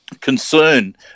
concern